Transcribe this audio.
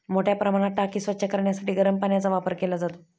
मोठ्या प्रमाणात टाकी स्वच्छ करण्यासाठी गरम पाण्याचा वापर केला जातो